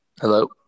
Hello